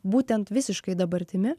būtent visiškai dabartimi